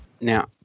Now